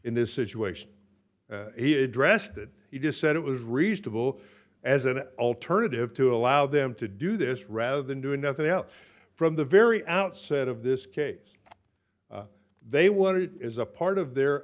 in this situation he addressed that he just said it was reasonable as an alternative to allow them to do this rather than doing nothing else from the very outset of this case they wanted it is a part of their